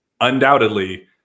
undoubtedly